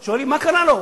שואלים: מה קרה לו?